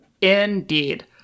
Indeed